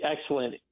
excellent